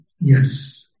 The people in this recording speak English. yes